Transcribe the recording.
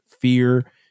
fear